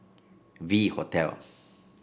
V Hotel